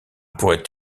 pourrait